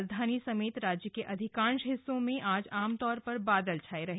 राजधानी समेत राज्य के अधिकांश हिस्सों में आज आमतौर पर बादल छाए रहे